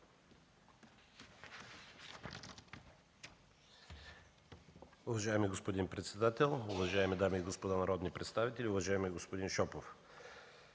Ви, господин председател. Уважаеми дами и господа народни представители, уважаеми господин